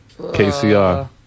KCR